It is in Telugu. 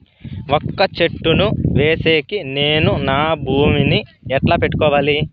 వక్క చెట్టును వేసేకి నేను నా భూమి ని ఎట్లా పెట్టుకోవాలి?